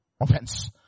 Offense